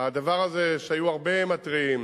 היו הרבה מתריעים